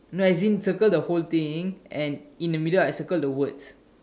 no as in circle the whole thing and in the middle I circle the words